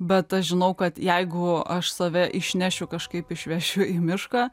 bet aš žinau kad jeigu aš save išnešiu kažkaip išvešiu į mišką